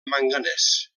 manganès